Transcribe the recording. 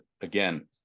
again